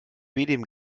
dem